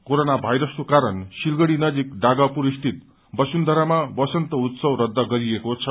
corona भाइरसको कारण सिलगढी नजिक डागापुर स्थित बसुन्धरामा बसन्त उत्सव रद्ध गरिएको छ